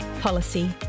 Policy